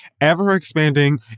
ever-expanding